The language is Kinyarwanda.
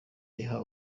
iha